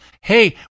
Hey